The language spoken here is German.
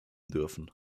dürfen